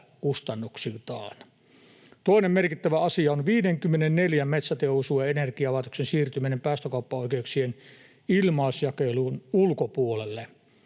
kustannuksiltaan. Toinen merkittävä asia on 54 metsäteollisuuden energialaitoksen siirtyminen päästökauppaoikeuksien ilmaisjakelun ulkopuolelle.